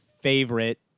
favorite